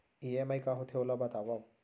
EMI का होथे, ओला बतावव